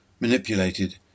manipulated